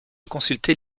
consultés